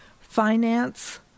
Finance